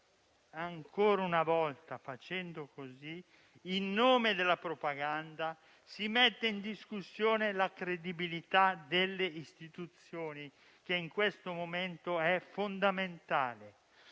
Ancora una volta, facendo così, in nome della propaganda, si mette in discussione la credibilità delle istituzioni, che in questo momento è fondamentale.